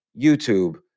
YouTube